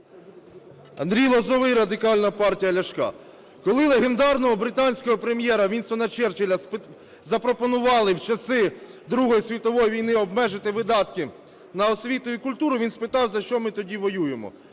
Андрій Лозовой, Радикальна партія Ляшка. Коли легендарного британського прем'єра Вінстона Черчилля… запропонували в часи Другої світової війни обмежити видатки на освіту і культуру, він спитав: "За що ми тоді воюємо?"